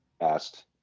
asked